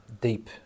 deep